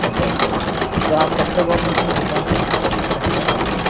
अच्छा अच्छा अच्छा तो आप कब तक औफिस में मिल पाएंगे आप अपना टाइम बता दीजिए